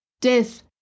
death